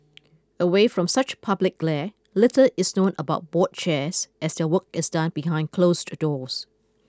away from such public glare little is known about board chairs as their work is done behind closed doors